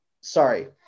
sorry